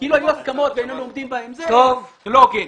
זה לא הוגן.